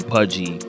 Pudgy